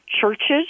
churches